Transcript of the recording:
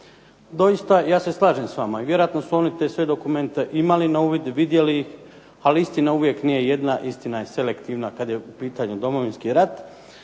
Doista, ja se slažem s vama i vjerojatno su oni te sve dokumente imali na uvid, vidjeli ih, ali istina uvijek nije jedna, istina je selektivna kad je u pitanju Domovinski rat.